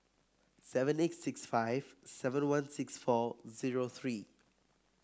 seven eight six five seven one six four zero three